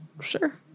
Sure